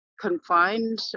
confined